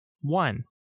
one